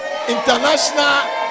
International